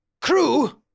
crew